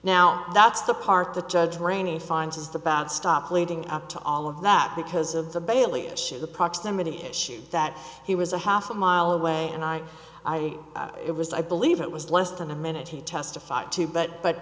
now that's the part the judge rainey finds is the bad stop leading up to all of that because of the bailey issue the proximity issue that he was a half a mile away and i i it was i believe it was less than a minute he testified too but but